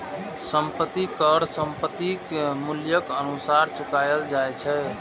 संपत्ति कर संपत्तिक मूल्यक अनुसार चुकाएल जाए छै